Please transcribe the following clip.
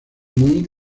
muy